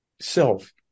Self